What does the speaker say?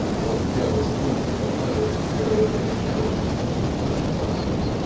one jealous brute of an irish terrier made a gallant attempt to bite parsons,